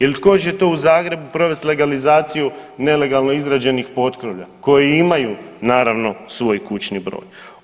Ili tko će to u Zagrebu provesti legalizaciju nelegalno izgrađenih potkrovlja koji imaju naravno, svoj kućni broj?